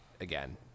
again